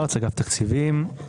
אני מאגף התקציבים במשרד האוצר.